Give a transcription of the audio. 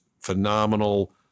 phenomenal